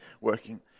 working